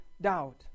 doubt